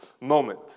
moment